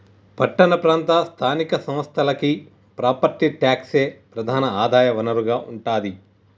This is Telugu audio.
పట్టణ ప్రాంత స్థానిక సంస్థలకి ప్రాపర్టీ ట్యాక్సే ప్రధాన ఆదాయ వనరుగా ఉంటాది